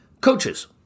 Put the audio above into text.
Coaches